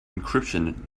encryption